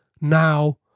now